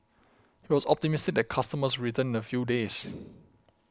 he was optimistic that customers would return in a few days